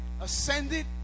ascended